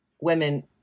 women